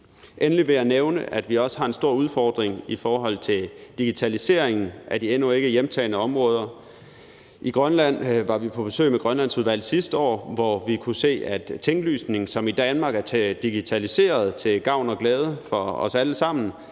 Endelig vil jeg nævne, at vi også har en stor udfordring i forhold til digitaliseringen af de endnu ikke hjemtagne områder. I Grønland var vi på besøg med Grønlandsudvalget sidste år, hvor vi kunne se, at tinglysningen, som i Danmark er digitaliseret til gavn og glæde for os alle sammen,